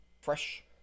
fresh